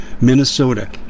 Minnesota